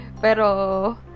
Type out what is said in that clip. pero